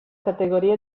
categoria